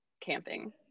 camping